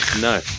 No